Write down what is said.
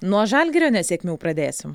nuo žalgirio nesėkmių pradėsim